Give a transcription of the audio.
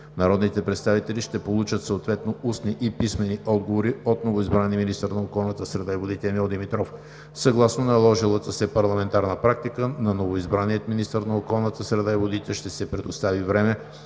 народните представители ще получат съответно устни и писмени отговори от новоизбрания министър на околната среда и водите Емил Димитров. Съгласно наложилата се парламентарна практика, на новоизбрания министър на околната среда и водите ще се предостави време,